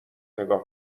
نگاه